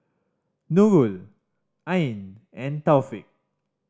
Nurul Ain and Taufik